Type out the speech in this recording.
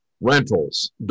rentals